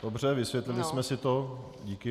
Dobře, vysvětlili jsme si to, díky.